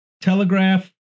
telegraph